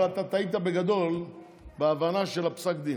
אבל אתה טעית בגדול בהבנה של פסק הדין.